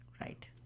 Right